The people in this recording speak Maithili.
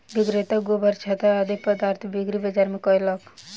विक्रेता गोबरछत्ता आदि पदार्थक बिक्री बाजार मे कयलक